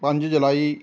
ਪੰਜ ਜੁਲਾਈ